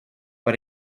but